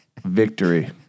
victory